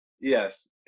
Yes